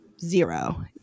zero